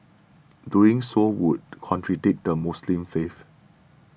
doing so would contradict the Muslim faith